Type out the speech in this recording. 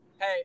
Hey